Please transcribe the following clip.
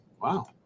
wow